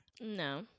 No